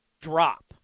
drop